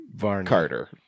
Carter